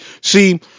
See